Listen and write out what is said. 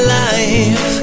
life